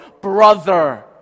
brother